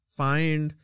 find